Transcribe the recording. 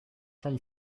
from